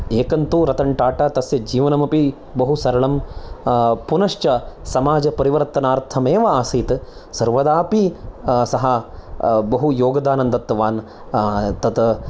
एकन्तु रतन् टाटा तस्य जीवनमपि बहुसरलं पुनश्च समाज परिवर्तनार्थमेव आसीत् सर्वदापि सः बहु योगदानं दत्तवान् तत्